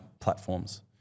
platforms